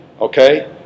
okay